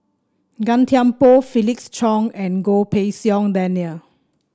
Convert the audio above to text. Gan Thiam Poh Felix Cheong and Goh Pei Siong Daniel